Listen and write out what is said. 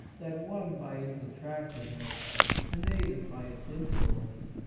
that, won by its attractiveness and aided by its influ ence,